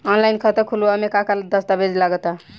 Online खाता खूलावे म का का दस्तावेज लगा ता?